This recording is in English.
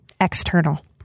external